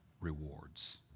rewards